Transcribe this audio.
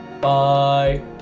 bye